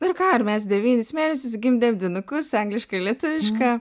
nu ir ką ir mes devynis mėnesius gimdėm dvynukus anglišką ir lietuvišką